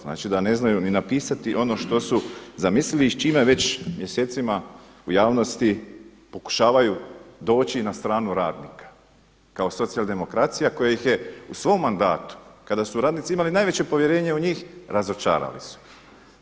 Znači da ne znaju ni napisati ono što su zamislili i s čime već mjesecima u javnosti pokušavaju doći na stranu radnika kao socijal-demokracija koja ih je u svom mandatu kada su radnici imali najveće povjerenje u njih razočarali su ih.